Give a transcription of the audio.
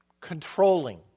Controlling